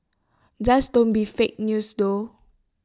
just don't be fake news though